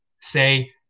say